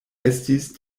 estis